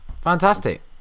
Fantastic